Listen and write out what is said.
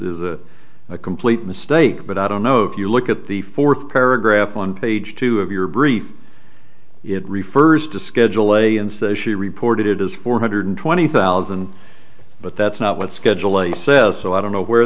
a complete mistake but i don't know if you look at the fourth paragraph on page two of your brief it refers to schedule a and so she reported it as four hundred twenty thousand but that's not what schedule a says so i don't know where